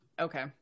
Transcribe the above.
okay